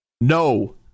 No